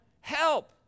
help